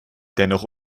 dennoch